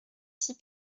six